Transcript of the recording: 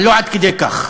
אבל לא עד כדי כך.